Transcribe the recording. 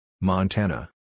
Montana